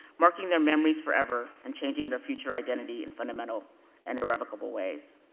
marking their memories forever, and changing their future identity in fundamental and irrevocable ways.